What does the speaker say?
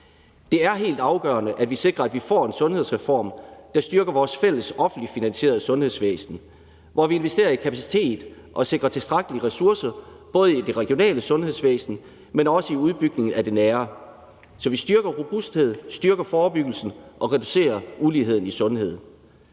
Det er helt afgørende, at vi sikrer, at vi får en sundhedsreform, der styrker vores fælles offentligt finansierede sundhedsvæsen, hvor vi investerer i kapacitet og sikrer tilstrækkelige ressourcer, både i det regionale sundhedsvæsen, men også i udbygning af det nære sundhedsvæsen, så vi styrker robustheden, styrker forebyggelsen og reducerer uligheden i sundhed.